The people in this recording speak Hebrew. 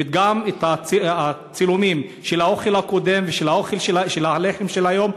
וגם את הצילומים של האוכל הקודם ושל הלחם של היום,